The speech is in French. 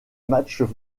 matchs